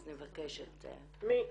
מי?